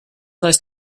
nice